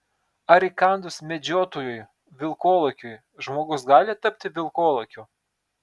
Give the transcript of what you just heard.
ar įkandus medžiotojui vilkolakiui žmogus gali tapti vilkolakiu